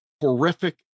horrific